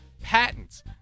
patents